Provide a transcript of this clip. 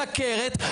סוכרת,